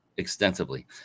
Extensively